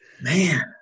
man